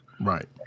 right